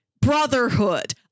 brotherhood